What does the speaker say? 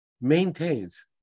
maintains